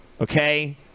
Okay